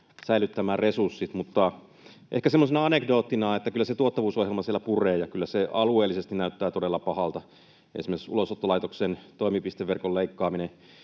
säilyttämään resurssit, mutta ehkä semmoisena anekdoottina, että kyllä se tuottavuusohjelma siellä puree ja kyllä alueellisesti näyttää todella pahalta esimerkiksi Ulosottolaitoksen toimipisteverkon leikkaaminen